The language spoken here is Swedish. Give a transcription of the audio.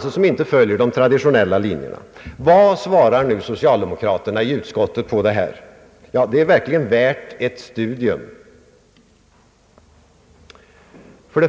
som inte följer de traditionella linjerna. Vad svarar nu socialdemokraterna i utskottet på detta? Ja, det är verkligen värt ett studium.